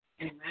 Amen